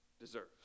deserves